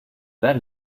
that